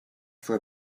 for